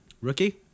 Rookie